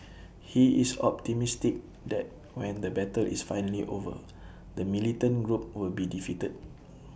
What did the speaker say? he is optimistic that when the battle is finally over the militant group will be defeated